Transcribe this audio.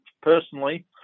personally